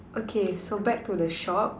okay so back to the shop